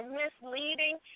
misleading